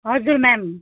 हजुर म्याम